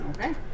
Okay